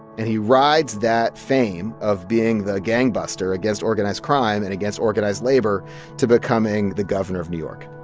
and he rides that fame of being the gangbuster against organized crime and against organized labor to becoming the governor of new york.